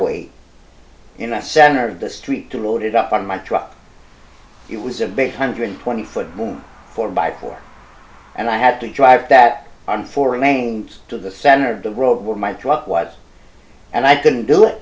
wait in a center of the street to load it up on my truck it was a big hundred twenty foot four by four and i had to drive that four remains to the center of the road where my truck was and i couldn't do it